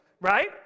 right